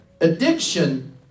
Addiction